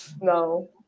No